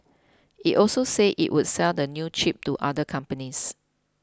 it also said it would sell the new chip to other companies